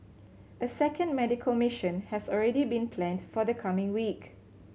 a second medical mission has already been planned for the coming week